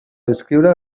descriure